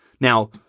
Now